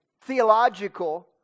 theological